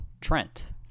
Trent